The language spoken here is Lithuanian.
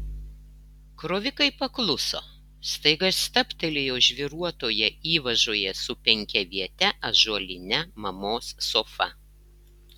krovikai pakluso staiga stabtelėjo žvyruotoje įvažoje su penkiaviete ąžuoline mamos sofa